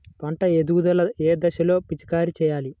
పంట ఎదుగుదల ఏ దశలో పిచికారీ చేయాలి?